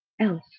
else